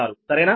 86 సరేనా